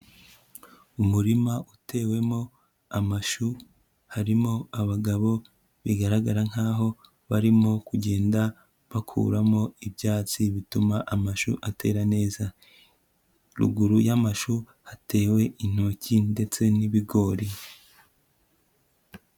Umurima utewemo amashu harimo abagabo bigaragara nkaho barimo kugenda bakuramo ibyatsi bituma amashu atera neza. Ruguru y'amashu hatewe intoki ndetse n'ibigori.